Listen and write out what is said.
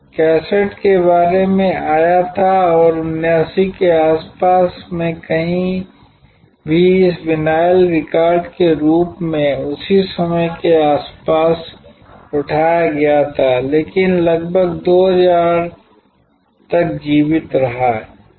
cassette के बारे में आया था और 1979 के आसपास कहीं भी इस विनाइल रिकॉर्ड के रूप में उसी समय के आसपास उठाया गया था लेकिन लगभग 2000 तक जीवित रहा